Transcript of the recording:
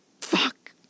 Fuck